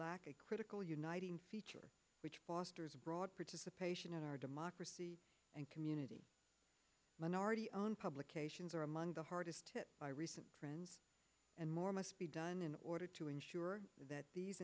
lack a critical uniting feature which fosters broad participation in our democracy and community minority owned publications are among the hardest hit by recent trends and more must be done in order to ensure that these